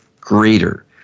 greater